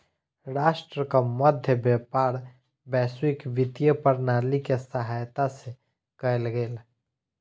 राष्ट्रक मध्य व्यापार वैश्विक वित्तीय प्रणाली के सहायता से कयल गेल